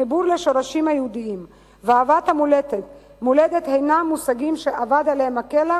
חיבור לשורשים היהודיים ואהבת המולדת הינם מושגים שאבד עליהם כלח,